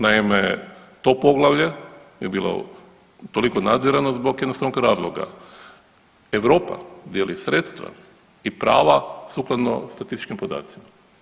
Naime, to poglavlje je bilo toliko nadzirano zbog jednostavnog razloga, Europa dijeli sredstva i prava sukladno statističkim podacima.